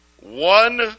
One